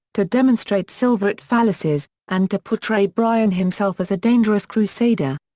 to demonstrate silverite fallacies, and to portray bryan himself as a dangerous crusader.